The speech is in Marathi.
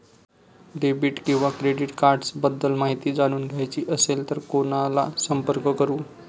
डेबिट किंवा क्रेडिट कार्ड्स बद्दल माहिती जाणून घ्यायची असेल तर कोणाला संपर्क करु?